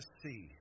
see